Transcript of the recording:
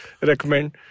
recommend